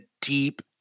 deep